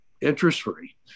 interest-free